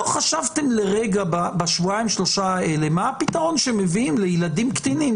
לא חשבתם לרגע בשבועיים-שלושה האלה מה הפתרון שמביאים לילדים קטינים.